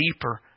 deeper